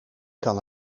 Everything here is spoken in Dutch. kan